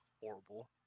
horrible